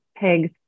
pigs